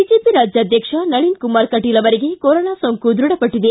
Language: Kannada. ಬಿಜೆಪಿ ರಾಜ್ಯಾದ್ಯಕ್ಷ ನಳಿನ್ ಕುಮಾರ್ ಕಟೀಲ್ ಅವರಿಗೆ ಕೊರೋನಾ ಸೋಂಕು ದೃಢಪಟ್ಟದೆ